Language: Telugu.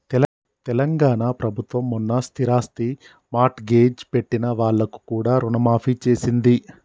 తెలంగాణ ప్రభుత్వం మొన్న స్థిరాస్తి మార్ట్గేజ్ పెట్టిన వాళ్లకు కూడా రుణమాఫీ చేసింది